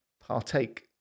partake